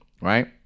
right